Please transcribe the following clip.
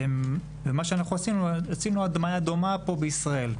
עשינו הדמיה דומה פה בישראל.